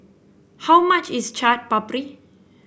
how much is Chaat Papri